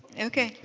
okay.